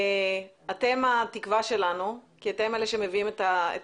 אתם התקווה שלנו כי אתם אלה שמביאים את